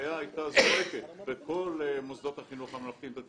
והאפליה הייתה זועקת בכל מוסדות החינוך הממלכתי-דתי